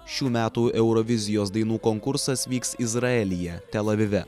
šių metų eurovizijos dainų konkursas vyks izraelyje tel avive